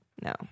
No